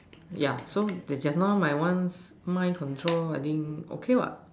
ya so the just now my one mind control I think okay what